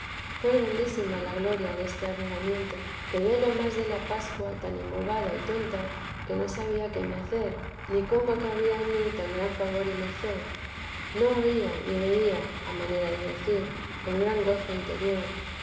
fué grandísima la gloria deste arrobamiento quedé lo más de la pascua tan embobada y tonta que no sabía qué me hacer ni cómo cabía en mí tan gran favor y merced no oía ni veía a manera de decir con gran gozo